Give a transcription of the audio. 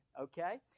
okay